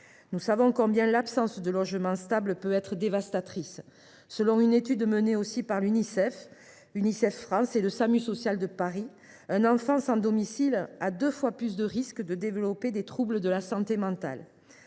Nous savons combien l’absence de logement stable peut être dévastatrice. D’après une étude menée par Unicef France et le Samu social de Paris, un enfant sans domicile a deux fois plus de risques de développer des troubles de la santé mentale.